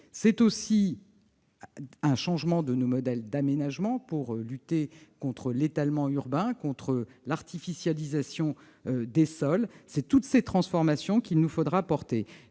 faut enfin un changement de nos modèles d'aménagement pour lutter contre l'étalement urbain et l'artificialisation des sols. Ce sont toutes ces transformations qu'il nous faudra conduire.